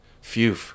phew